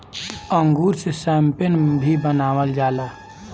अंगूर से शैम्पेन भी बनावल जाला